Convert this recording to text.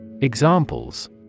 Examples